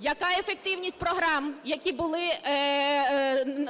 яка ефективність програм, які були